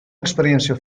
experiència